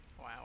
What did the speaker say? Wow